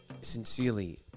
sincerely